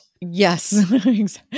Yes